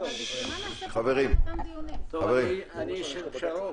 אני איש של פשרות.